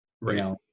right